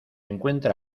encuentra